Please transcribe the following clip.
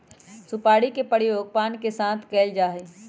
सुपारी के प्रयोग पान के साथ कइल जा हई